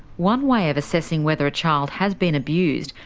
one way of assessing whether a child has been abused,